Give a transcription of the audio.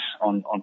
on